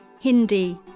Hindi